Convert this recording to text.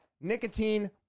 nicotine